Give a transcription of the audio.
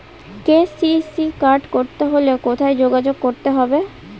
KCC card করতে হলে কোথায় যোগাযোগ করতে হবে?